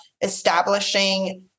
establishing